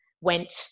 went